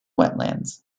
wetlands